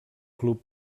club